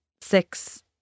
six